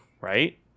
right